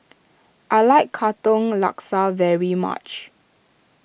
I like Katong Laksa very much